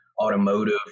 automotive